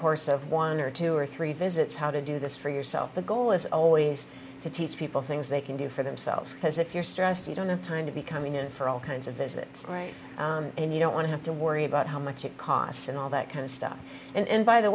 course of one or two or three visits how to do this for yourself the goal is always to teach people things they can do for themselves because if you're stressed you don't have time to be coming in for all kinds of visits right and you don't want to have to worry about how much it costs and all that kind of stuff and by the